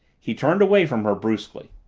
he turned away from her brusquely.